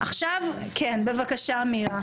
עכשיו כן, בבקשה מירה.